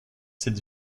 cette